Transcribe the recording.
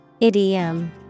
Idiom